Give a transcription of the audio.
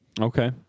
Okay